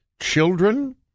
children